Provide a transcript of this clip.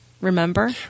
Remember